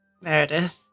Meredith